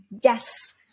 yes